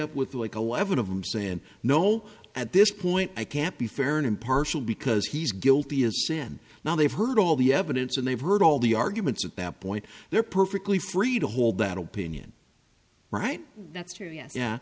up with like a level of i'm saying no at this point i can't be fair and impartial because he's guilty as sin now they've heard all the evidence and they've heard all the arguments at that point they're perfectly free to hold that opinion right